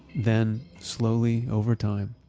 then, slowly, over time,